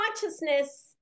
consciousness